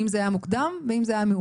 אם זה היה במוקדם או במאוחר,